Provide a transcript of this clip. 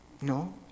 No